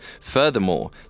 Furthermore